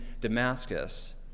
Damascus